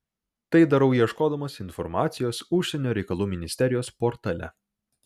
tai darau ieškodamas informacijos užsienio reikalų ministerijos portale